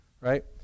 right